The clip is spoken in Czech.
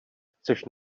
chceš